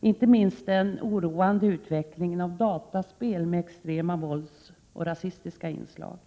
inte minst den oroande utvecklingen av dataspel med extrema våldsinslag och rasistiska inslag.